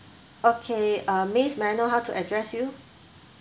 okay uh miss may I know how to address you